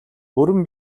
бүрэн